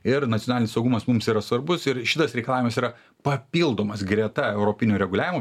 ir nacionalinis saugumas mums yra svarbus ir šitas reikalavimas yra papildomas greta europinio reguliavimo